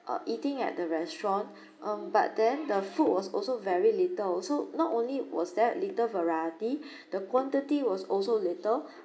uh eating at the restaurant um but then the food was also very little so not only was there a little variety the quantity was also little